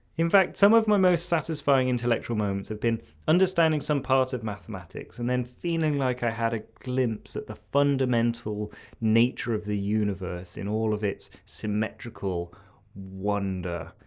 in fact some of my most satisfying intellectual moments have been understanding some part of mathematics and then feeling like i had a glimpse at the fundamental nature of the universe in all of its symmetrical wonder.